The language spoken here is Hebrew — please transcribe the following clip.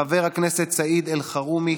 חבר הכנסת סעיד אלחרומי,